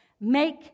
Make